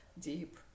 Deep